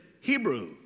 Hebrew